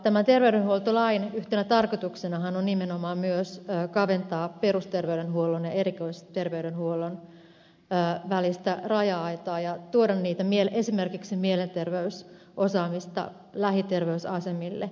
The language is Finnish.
tämän terveydenhuoltolain yhtenä tarkoituksenahan on nimenomaan myös kaventaa perusterveydenhuollon ja erikoisterveydenhuollon välistä raja aitaa ja tuoda esimerkiksi mielenterveysosaamista lähiterveysasemille